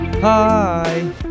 Hi